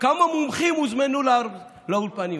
כמה מומחים הוזמנו לאולפנים.